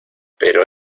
pero